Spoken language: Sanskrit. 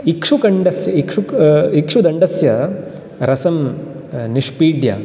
इक्षुकण्डस्य इक्षुदण्डस्य रसं निष्पीड्य